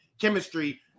chemistry